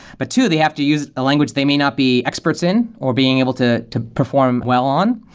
but two, they have to use a language they may not be experts in, or being able to to perform well on.